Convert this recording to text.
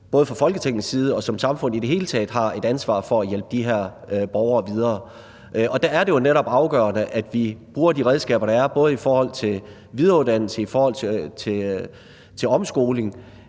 både fra Folketingets side og som samfund i det hele taget har et ansvar for at hjælpe de her borgere videre. Og der er det jo netop afgørende, at vi bruger de redskaber, der er, både i forhold til videreuddannelse og i forhold til omskoling,